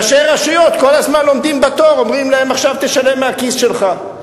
ראשי רשויות כל הזמן עומדים בתור ואומרים להם: עכשיו תשלם מהכיס שלך.